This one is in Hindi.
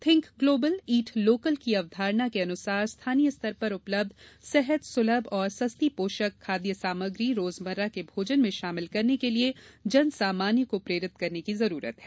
थिंक ग्लोबल ईट लोकल की अवधारणा के अनुसार स्थानीय स्तर पर उपलब्ध सहज सुलभ और सस्ती पोषक खाद्य सामग्री रोजमर्रा के भोजन में शामिल करने के लिये जन सामान्य को प्रेरित करने की आवश्यकता है